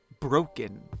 Broken